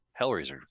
Hellraiser